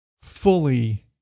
fully